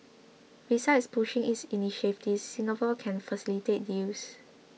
besides pushing its initiatives Singapore can facilitate deals